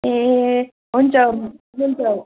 ए हुन्छ हुन्छ